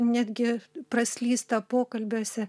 netgi praslysta pokalbiuose